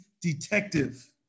detective